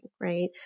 right